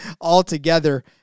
altogether